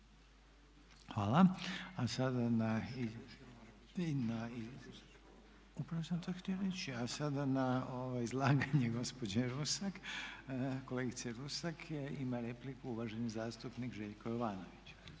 Hvala. A sada na izlaganje gospođe Rusak, kolegice Rusak ima repliku uvaženi zastupnik Željko Jovanović.